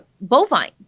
bovine